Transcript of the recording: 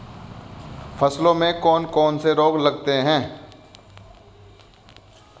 फसलों में कौन कौन से रोग लगते हैं?